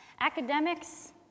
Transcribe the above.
academics